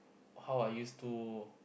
how I used to